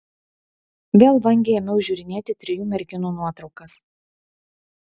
vėl vangiai ėmiau žiūrinėti trijų merginų nuotraukas